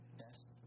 best